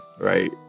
Right